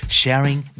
sharing